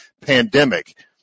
pandemic